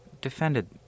defended